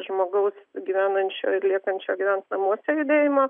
žmogaus gyvenančio ir liekančio gyvent namuose judėjimas